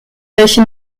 welche